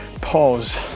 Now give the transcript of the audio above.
pause